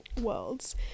worlds